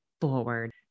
forward